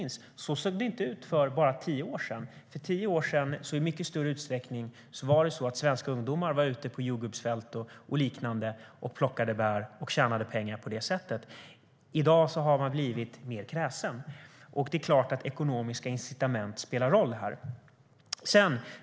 Så såg det inte ut för bara tio år sedan. För tio år sedan var svenska ungdomar i mycket större utsträckning ute på jordgubbsfält och liknande och plockade bär och tjänade pengar på det sättet. I dag har man blivit mer kräsen. Det är klart att ekonomiska incitament spelar roll.